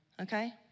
okay